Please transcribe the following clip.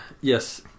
Yes